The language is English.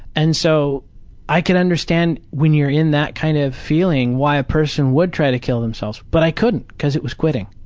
and so i can understand when you're in that kind of feeling why a person would try to kill themselves. but i couldn't because it was quitting.